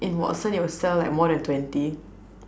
in Watson it would sell like more than twenty